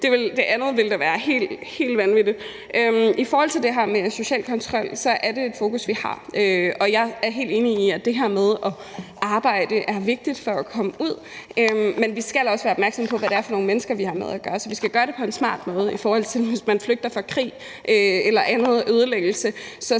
Det andet ville da være helt vanvittigt. I forhold til det her med social kontrol er det et fokus, vi har. Og jeg er helt enig i, at det her med at arbejde er vigtigt for at komme ud, men vi skal også være opmærksomme på, hvad det er for nogle mennesker, vi har med at gøre. Så vi skal gøre det på en smart måde, i forhold til at nogle måske er flygtet fra krig og ødelæggelse